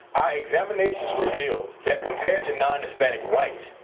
examinations reveal that compared to non-hispanic whites,